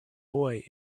boy